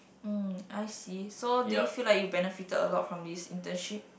um I see so do you feel like you benefited a lot from this internship